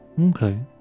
Okay